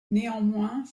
néanmoins